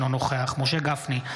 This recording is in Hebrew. אינו נוכח משה גפני,